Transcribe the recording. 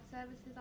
services